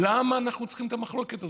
למה אנחנו צריכים את המחלוקת הזאת?